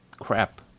Crap